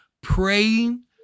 praying